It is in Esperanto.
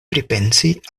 pripensi